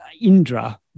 Indra